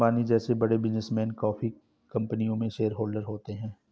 अंबानी जैसे बड़े बिजनेसमैन काफी कंपनियों के शेयरहोलडर होते हैं